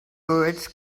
birds